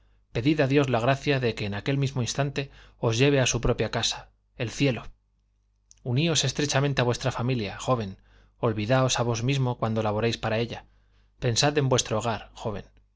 pedid a dios la gracia de que en aquel mismo instante os lleve a su propia casa el cielo uníos estrechamente a vuestra familia joven olvidaos a vos mismo cuando laboréis para ella pensad en vuestro hogar joven